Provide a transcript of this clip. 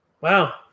Wow